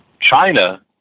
China